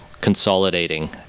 consolidating